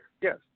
Yes